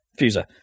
Fuser